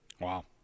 Wow